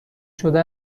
شده